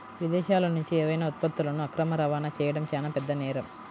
విదేశాలనుంచి ఏవైనా ఉత్పత్తులను అక్రమ రవాణా చెయ్యడం చానా పెద్ద నేరం